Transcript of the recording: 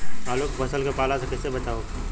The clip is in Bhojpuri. आलू के फसल के पाला से कइसे बचाव होखि?